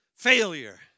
Failure